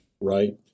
right